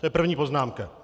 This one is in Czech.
To je první poznámka.